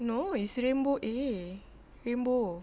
no is rainbow A rainbow